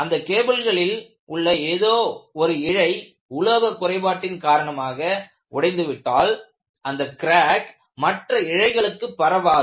அந்த கேபிளில் உள்ள ஏதோ ஒரு இழை உலோக குறைபாட்டின் காரணமாக உடைந்துவிட்டால் அந்த க்ராக் மற்ற இழைகளுக்கு பரவாது